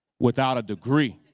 without a degree.